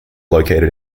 located